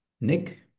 Nick